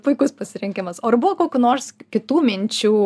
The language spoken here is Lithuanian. puikus pasirinkimas o ar buvo kokių nors kitų minčių